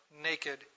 naked